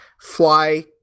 fly